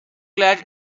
glad